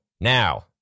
Now